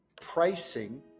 pricing